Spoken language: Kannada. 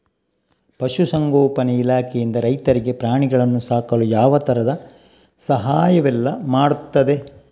ಪಶುಸಂಗೋಪನೆ ಇಲಾಖೆಯಿಂದ ರೈತರಿಗೆ ಪ್ರಾಣಿಗಳನ್ನು ಸಾಕಲು ಯಾವ ತರದ ಸಹಾಯವೆಲ್ಲ ಮಾಡ್ತದೆ?